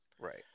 Right